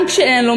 גם כשאין לו,